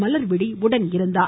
மலர்விழி உடனிருந்தார்